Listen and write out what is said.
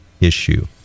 issue